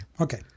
Okay